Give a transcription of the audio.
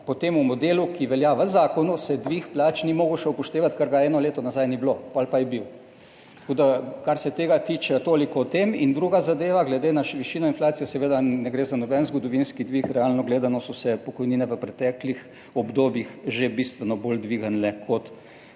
po tem modelu, ki velja v zakonu, se dvig plač ni mogel še upoštevati, ker ga eno leto nazaj ni bilo, potem pa je bil. Kar se tega tiče, toliko o tem. Druga zadeva – glede na višino inflacije seveda ne gre za noben zgodovinski dvig. Realno gledano so se pokojnine v preteklih obdobjih že bistveno bolj dvignile kot